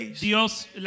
Dios